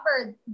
offer